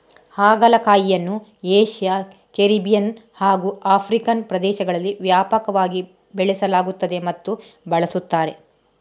ಹಾಗಲಕಾಯಿಯನ್ನು Asia, Caribbean ಹಾಗೂ African ಪ್ರದೇಶದಲ್ಲಿ ವ್ಯಾಪಕವಾಗಿ ಬೆಳೆಸಲಾಗುತ್ತದೆ ಮತ್ತು ಬಳಸುತ್ತಾರೆ